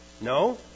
No